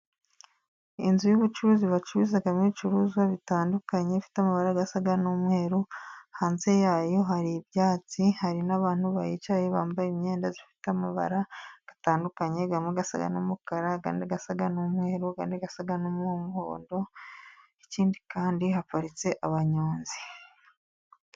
Inzu y'ubucuruzi bacuruzamo ibicuruzwa bitandukanye, ifite amabara asa n'umweru, hanze yayo hari ibyatsi, hari n'abantu bayicaye, bambaye imyenda ifite amabara atandukanye, amwe asa n'umukara, ayandi asa n'umweru, ayandi asa n'umuhondo, ikindi kandi haparitse abanyonzi.